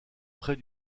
près